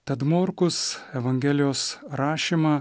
tad morkus evangelijos rašymą